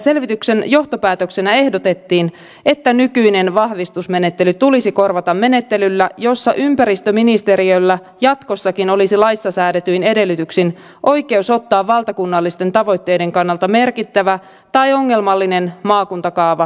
selvityksen johtopäätöksenä ehdotettiin että nykyinen vahvistusmenettely tulisi korvata menettelyllä jossa ympäristöministeriöllä jatkossakin olisi laissa säädetyin edellytyksin oikeus ottaa valtakunnallisten tavoitteiden kannalta merkittävä tai ongelmallinen maakuntakaava tarkasteltavaksi